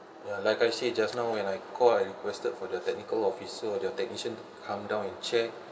ya like I said just now when I call I requested for the technical officer or their technician to come down and check